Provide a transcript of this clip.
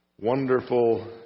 Wonderful